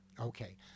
Okay